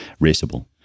raceable